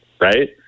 Right